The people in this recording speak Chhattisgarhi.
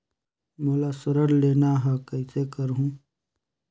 मोला ऋण लेना ह, कइसे करहुँ?